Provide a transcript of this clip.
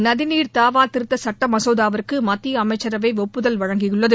நதிநீர் தாவா திருத்த சுட்ட மசோதாவுக்கு மத்திய அமைச்சரவை ஒப்புதல் அளித்துள்ளது